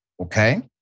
Okay